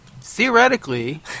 theoretically